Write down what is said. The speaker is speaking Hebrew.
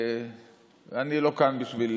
אני לא כאן בשביל